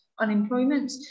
unemployment